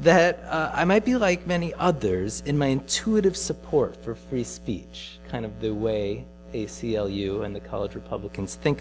that i might be like many others in my intuitive support for free speech kind of way a c l u and the college republicans think